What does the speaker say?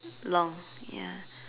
long ya